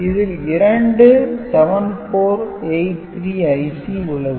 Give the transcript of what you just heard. இதில் இரண்டு 7483 IC உள்ளது